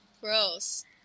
Gross